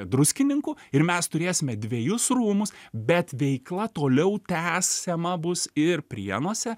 druskininkų ir mes turėsime dvejus rūmus bet veikla toliau tęsiama bus ir prienuose